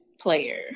player